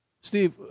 Steve